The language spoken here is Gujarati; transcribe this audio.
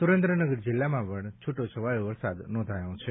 સુરેન્દ્રનગર જિલ્લામાં પણ છૂટો છવાયો વરસાદ નોંધાયો છે